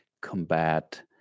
combat